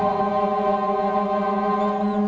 oh